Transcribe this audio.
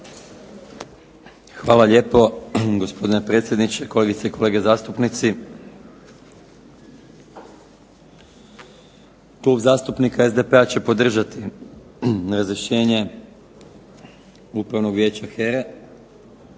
Hvala lijepo gospodine predsjedniče, kolegice i kolege zastupnici. Klub zastupnika SDP-a će podržati razrješenje Upravnog vijeća